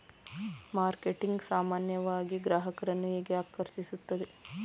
Marketing ಸಾಮಾನ್ಯವಾಗಿ ಗ್ರಾಹಕರನ್ನು ಹೇಗೆ ಆಕರ್ಷಿಸುತ್ತದೆ?